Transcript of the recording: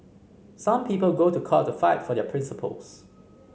some people go to court to fight for their principles